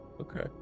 Okay